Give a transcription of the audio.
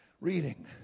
Reading